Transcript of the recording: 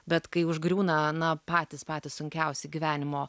bet kai užgriūna na patys patys sunkiausi gyvenimo